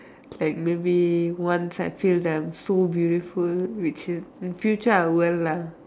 like maybe one side feel that I am so beautiful which in in future I will lah